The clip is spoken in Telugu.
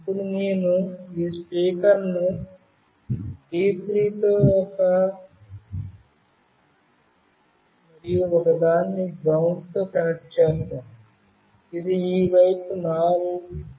ఇప్పుడు నేను ఈ స్పీకర్ను D3 తో మరియు ఒకదాన్ని GND తో కనెక్ట్ చేస్తాను ఇది ఈ వైపు నుండి నాల్గవ పిన్